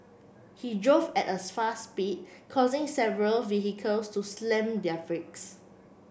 he drove at a fast speed causing several vehicles to slam their brakes